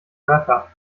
rapper